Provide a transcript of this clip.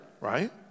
right